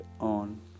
on